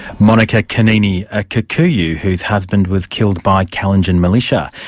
monica kanini, a kikuyu whose husband was killed by kalenjin militia.